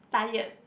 tired